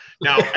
now